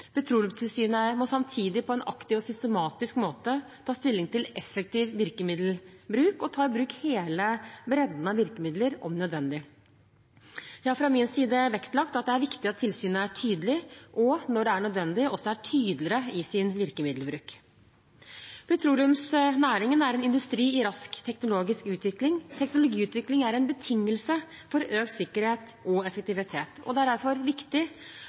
Petroleumstilsynet må samtidig på en aktiv og systematisk måte ta stilling til effektiv virkemiddelbruk og ta i bruk hele bredden av virkemidler om nødvendig. Jeg har fra min side vektlagt at det er viktig at tilsynet er tydelig, og – når det er nødvendig – også tydeligere i sin virkemiddelbruk. Petroleumsnæringen er en industri i rask teknologisk utvikling. Teknologiutvikling er en betingelse for økt sikkerhet og effektivitet, og det er derfor viktig